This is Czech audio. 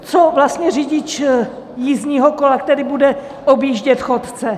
Co vlastně řidič jízdního kola, který bude objíždět chodce?